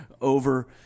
over